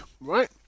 right